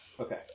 Okay